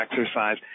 exercise